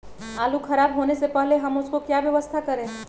आलू खराब होने से पहले हम उसको क्या व्यवस्था करें?